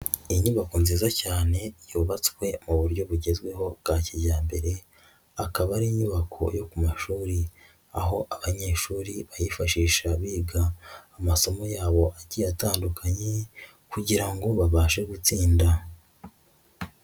Inyubako nziza cyane yubatswe mu buryo bugezweho bwa kijyambere, akaba ari inyubako yo ku mashuri, aho abanyeshuri bayifashisha biga amasomo yabo atandukanye kugira ngo babashe gutsinda.